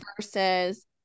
versus